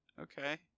okay